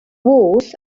was